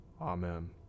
Amen